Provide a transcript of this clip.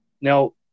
Now